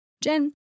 Jen